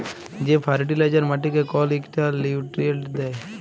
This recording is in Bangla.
যে ফার্টিলাইজার মাটিকে কল ইকটা লিউট্রিয়েল্ট দ্যায়